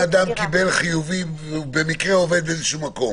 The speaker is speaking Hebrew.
זה לא סתם אם אדם קיבל חיובי והוא במקרה עובד באיזשהו מקום,